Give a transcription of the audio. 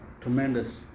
tremendous